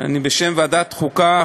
בשם ועדת החוקה,